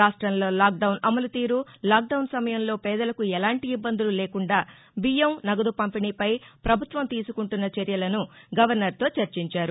రాష్టంలో లాక్డౌన్ అమలు తీరు లాక్డౌన్ సమయంలో పేదలకు ఎలాంటి ఇబ్బందులు లేకుండా బీయ్యం నగదు పంపిణీపై పభుత్వం తీసుకుంటున్న చర్యలను గవర్నర్తో చర్చించారు